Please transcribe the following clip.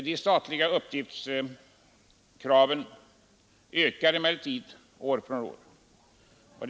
De statliga uppgiftskraven ökar emellertid år från år.